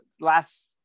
last